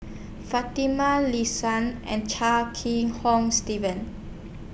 Fatimah and Chia Kiah Hong Steven